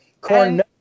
corn